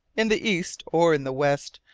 in the east or in the west,